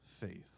faith